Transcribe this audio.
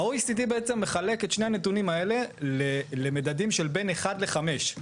ה-OECD בעצם מחלק את שני הנתונים האלה למדדים שבין אחד לחמש.